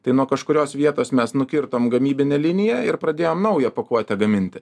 tai nuo kažkurios vietos mes nukirtom gamybinę liniją ir pradėjom naują pakuotę gaminti